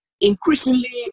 increasingly